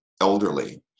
elderly